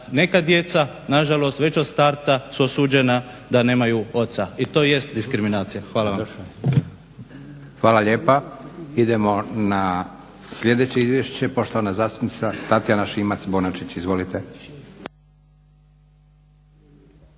neka djeca na žalost već od starta su osuđena da nemaju oca i to jest diskriminacija. Hvala. **Leko, Josip (SDP)** Hvala lijepa. Idemo na sljedeće izvješće. Poštovana zastupnica Tatjana Šimac-Bonačić. Izvolite.